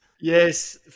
Yes